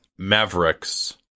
mavericks